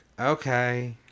okay